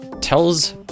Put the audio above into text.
tells